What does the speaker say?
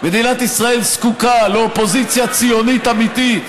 מדינת ישראל זקוקה לאופוזיציה ציונית אמיתית,